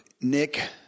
Nick